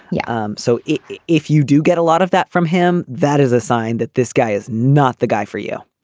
yeah. um so if you do get a lot of that from him, that is a sign that this guy is not the guy for you.